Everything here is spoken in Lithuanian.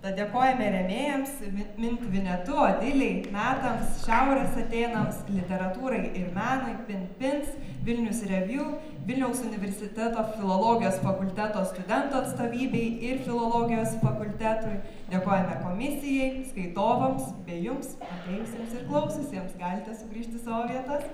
tad dėkojame rėmėjams mit mint vinetu odilei metams šiaurės atėnams literatūrai ir menui pin pins vilnius reviu vilniaus universiteto filologijos fakulteto studentų atstovybei ir filologijos fakultetui dėkojame komisijai skaitovams ir jums atėjusiems ir klausiusiems galite sugrįžti į savo vietas